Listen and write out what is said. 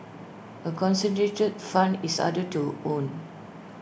A concentrated fund is harder to own